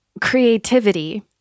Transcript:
creativity